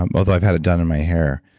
um although i've had it done on my hair.